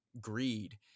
greed